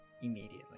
immediately